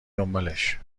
دنبالش